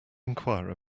enquire